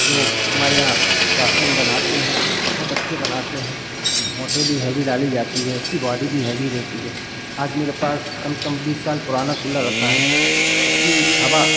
जो हमारे यहाँ सोहागपुर में बनाते हैं बहुत अच्छे बनाते हैं मोटर भी हैवी डाली जाती है उसकी बॉडी भी हैवी रहती है आज मेरे पास कम से कम बीस साल पुराना कूलर रखा है उसकी हवा